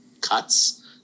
cuts